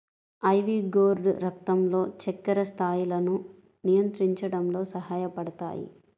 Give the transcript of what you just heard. ivy gourd రక్తంలో చక్కెర స్థాయిలను నియంత్రించడంలో సహాయపడతాయి